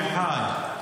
עמיחי.